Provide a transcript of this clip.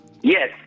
Yes